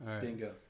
Bingo